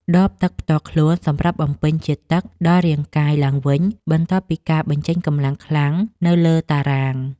ដបទឹកផ្ទាល់ខ្លួនសម្រាប់បំពេញជាតិទឹកដល់រាងកាយឡើងវិញ បន្ទាប់ពីការបញ្ចេញកម្លាំងខ្លាំងនៅលើតារាង។